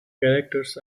characters